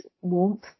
warmth